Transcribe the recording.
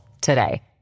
today